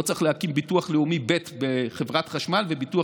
לא צריך להקים ביטוח לאומי ב' בחברת חשמל וביטוח